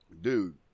Dude